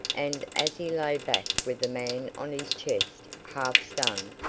and as he lay back with the man on his chest, half stunned,